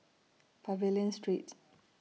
Pavilion Street